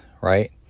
Right